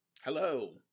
Hello